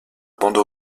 bande